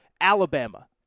Alabama